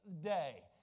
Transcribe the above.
day